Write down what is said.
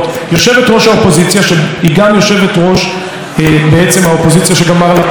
שבעצם היא גם יושבת-ראש האופוזיציה שחבר הכנסת לפיד חבר בה,